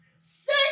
Say